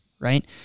right